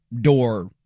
door